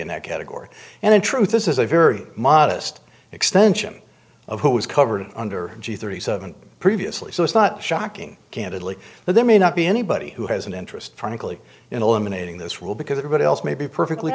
in that category and in truth this is a very modest extension of what was covered under g thirty seven previously so it's not shocking candidly that there may not be anybody who has an interest frankly in eliminating this rule because everybody else may be perfectly